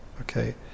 okay